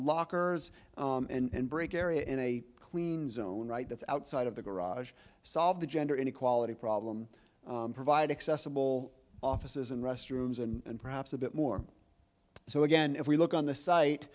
lockers and break area in a clean zone right that's outside of the garage solve the gender inequality problem provide accessible offices and restrooms and perhaps a bit more so again if we look on the site